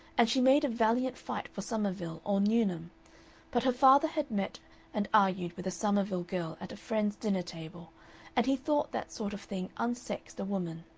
and she made a valiant fight for somerville or newnham but her father had met and argued with a somerville girl at a friend's dinner-table and he thought that sort of thing unsexed a woman.